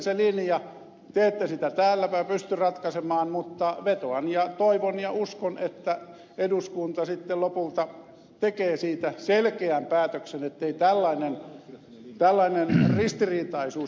te ette sitä täällä pysty ratkaisemaan mutta vetoan ja toivon ja uskon että eduskunta sitten lopulta tekee siitä selkeän päätöksen ettei tällainen ristiriitaisuus enää jatku